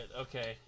Okay